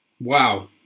Wow